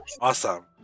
Awesome